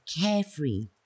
carefree